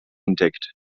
entdeckt